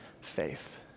faith